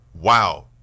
Wow